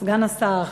סגן השר,